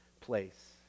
place